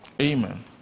Amen